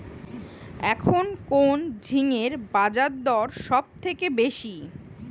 এখন কোন ঝিঙ্গের বাজারদর সবথেকে বেশি?